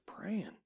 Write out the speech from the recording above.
praying